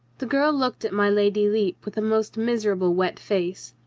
the girl looked at my lady lepe with a most miserable wet face,